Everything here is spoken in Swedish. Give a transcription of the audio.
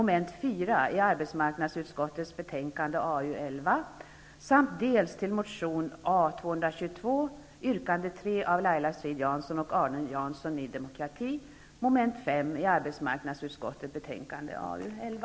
Jag yrkar bifall dels till motion A211